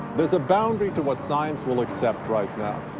there's a boundary to what science will accept right now.